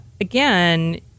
again